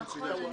נכון.